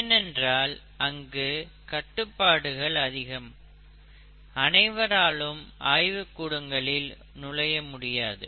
ஏனென்றால் அங்கு கட்டுப்பாடுகள் அதிகம் அனைவராலும் ஆய்வுக்கூடங்களில் நுழைய முடியாது